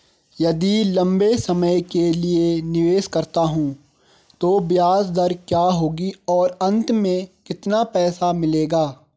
यदि लंबे समय के लिए निवेश करता हूँ तो ब्याज दर क्या होगी और अंत में कितना पैसा मिलेगा?